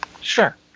sure